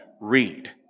read